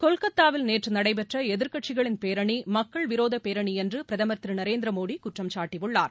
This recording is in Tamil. கொல்கத்தாவில் நேற்று நடைபெற்ற எதிர்க்கட்சிகளின் பேரணி மக்கள் விரோதப் பேரணி என்று பிரதமர் திரு நரேந்திர மோடி குற்றம் சாட்டியுள்ளார்